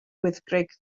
wyddgrug